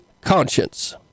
conscience